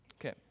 Okay